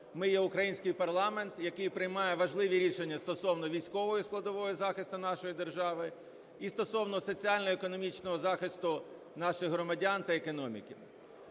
ми є український парламент, який приймає важливі рішення стосовно військової складової захисту нашої держави і стосовно соціально-економічного захисту наших громадян та економіки.